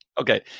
Okay